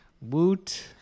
Woot